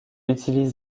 utilise